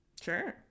Sure